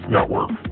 Network